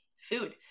food